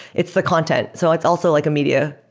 it's the content. so it's also like a media,